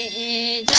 a